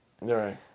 Right